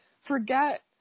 Forget